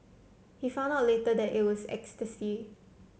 he found out later that it was ecstasy